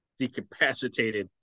decapacitated